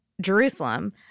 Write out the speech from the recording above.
Jerusalem